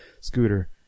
scooter